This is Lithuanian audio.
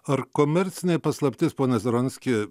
ar komercinė paslaptis pone zaronski